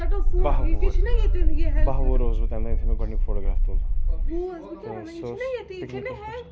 باہ وُہُر باہ وُہُر اوسُس بہٕ تَمہِ دۄہ یُتھٕے مےٚ گۄڈٕنیُک فوٹوگراف تُل سُہ اوس پِکنِک